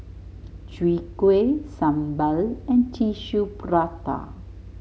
Chwee Kueh sambal and Tissue Prata